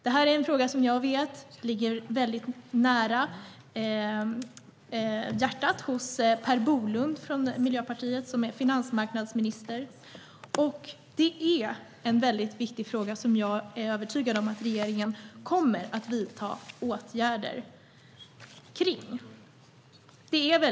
Detta är en fråga som jag vet ligger den miljöpartistiske finansmarknadsministern Per Bolund mycket varmt om hjärtat. Jag är övertygad om att regeringen kommer att vidta ytterligare åtgärder här.